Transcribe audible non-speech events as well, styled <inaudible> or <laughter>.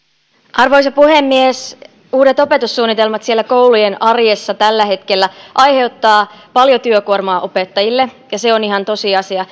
arvoisa puhemies uudet opetussuunnitelmat siellä koulujen arjessa tällä hetkellä aiheuttavat paljon työkuormaa opettajille ja se on ihan tosiasia <unintelligible>